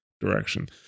direction